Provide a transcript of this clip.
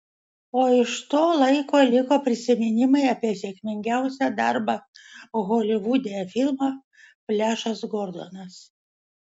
o iš to laiko liko prisiminimai apie sėkmingiausią darbą holivude filmą flešas gordonas